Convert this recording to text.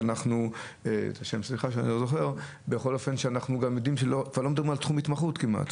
שאנחנו יודעים שגם כבר לא מדובר על תחום התמחות כמעט.